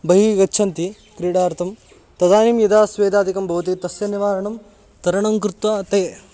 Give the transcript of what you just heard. बहिः गच्छन्ति क्रीडार्थं तदानीं यदा स्वेदादिकं भवति तस्य निवारणं तरणं कृत्वा ते